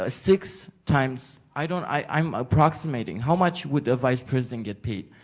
ah six times i don't i'm approximating, how much would a vice president get paid,